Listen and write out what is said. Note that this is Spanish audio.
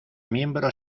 miembro